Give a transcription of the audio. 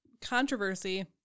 controversy